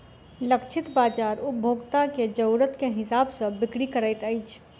लक्षित बाजार उपभोक्ता के जरुरत के हिसाब सॅ बिक्री करैत अछि